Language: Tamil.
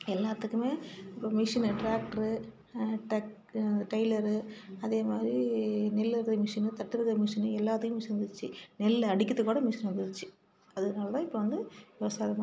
எல்லாத்துக்குமே இப்போ மிஷினு ட்ராக்ட்ரு ட்ரக்கு அந்த டெய்லரு அதேமாதிரி நெல் அறுக்கிறதுக்கு மிஷினு தட்டை அறுக்கிறதுக்கு மிஷினு எல்லாத்துக்கும் மிஷின் வந்துடுச்சி நெல் அடிக்கிறத்துக்கூட மிஷின் வந்துடுச்சி அதனாலதான் இப்போ வந்து விவசாய